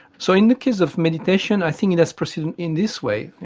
so in the case of meditation i think it does proceed and in this way. you